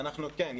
כן,